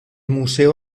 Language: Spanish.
museo